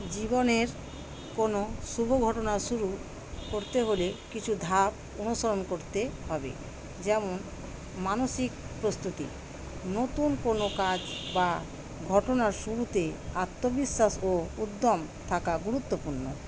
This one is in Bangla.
জীবনের কোনো শুভ ঘটনা শুরু করতে হলে কিছু ধাপ অনুসরণ করতে হবে যেমন মানসিক প্রস্তুতি নতুন কোনো কাজ বা ঘটনার শুরুতে আত্মবিশ্বাস ও উদ্যম থাকা গুরুত্বপূর্ণ